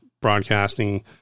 Broadcasting